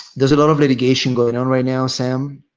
there's a lot of litigation going on right now, sam,